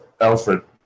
Alfred